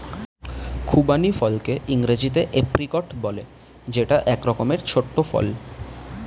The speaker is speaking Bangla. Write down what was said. খুবানি ফলকে ইংরেজিতে এপ্রিকট বলে যেটা এক রকমের ছোট্ট ফল